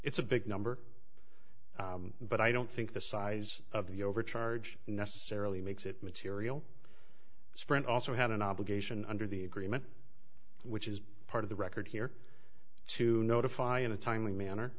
it's a big number but i don't think the size of the overcharge necessarily makes it material sprint also had an obligation under the agreement which is part of the record here to notify in a timely manner